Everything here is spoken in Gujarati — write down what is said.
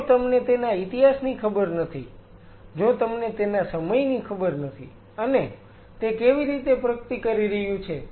જો તમને તેના ઈતિહાસની ખબર નથી જો તમને તેના સમયની ખબર નથી અને તે કેવી રીતે પ્રગતિ કરી રહ્યું છે